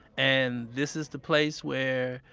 and this is the place where,